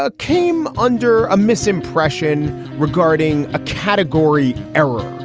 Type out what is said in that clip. ah came under a misimpression regarding a category error.